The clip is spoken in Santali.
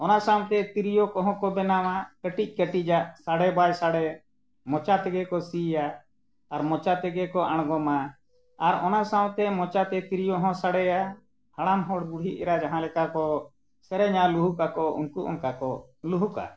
ᱚᱱᱟ ᱥᱟᱶᱛᱮ ᱛᱤᱨᱭᱳ ᱠᱚᱦᱚᱸ ᱠᱚ ᱵᱮᱱᱟᱣᱟ ᱠᱟᱹᱴᱤᱡ ᱠᱟᱹᱴᱤᱡᱟᱜ ᱥᱟᱰᱮ ᱵᱟᱭ ᱥᱟᱰᱮ ᱢᱚᱪᱟ ᱛᱮᱜᱮ ᱠᱚ ᱥᱤᱭᱟ ᱟᱨ ᱢᱚᱪᱟ ᱛᱮᱜᱮ ᱠᱚ ᱟᱬᱜᱚᱢᱟ ᱟᱨ ᱚᱱᱟ ᱥᱟᱶᱛᱮ ᱢᱚᱪᱟᱛᱮ ᱛᱤᱨᱭᱳ ᱦᱚᱸ ᱥᱟᱰᱮᱭᱟ ᱦᱟᱲᱟᱢ ᱦᱚᱲ ᱵᱩᱰᱷᱤ ᱮᱨᱟ ᱡᱟᱦᱟᱸ ᱞᱮᱠᱟ ᱠᱚ ᱥᱮᱨᱮᱧᱟ ᱞᱩᱦᱩᱠᱟ ᱠᱚ ᱩᱱᱠᱩ ᱚᱱᱠᱟ ᱠᱚ ᱞᱩᱦᱩᱠᱟ